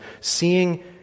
Seeing